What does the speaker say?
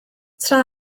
tra